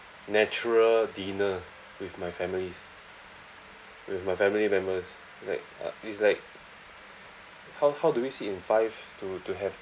natural dinner with my families with my family members like uh it's like how how do we sit in five to to have